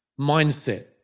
mindset